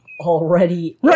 Already